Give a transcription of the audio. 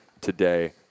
today